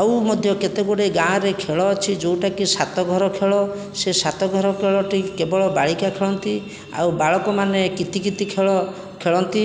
ଆଉ ମଧ୍ୟ କେତେଗୁଡ଼ିଏ ଗାଁରେ ଖେଳ ଅଛି ଯେଉଁଟାକି ସାତଘର ଖେଳ ସେଇ ସାତଘର ଖେଳଟି କେବଳ ବାଳିକା ଖେଳନ୍ତି ଆଉ ବାଳକମାନେ କିତି କିତି ଖେଳ ଖେଳନ୍ତି